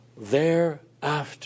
Thereafter